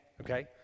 Okay